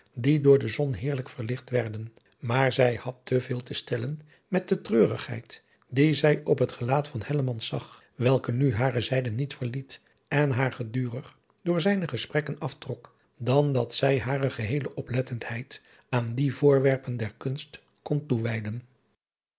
die door de zon heerlijk verlicht werden maar zij had te veel te stellen met de treurigheid die zij op het gelaat van hellemans zag welke nu hare zijde niet verliet en haar gedurig door zijne gesprekken aftrok dan dat zij hare geheele oplettendheid aan die voorwerpen der kunst kon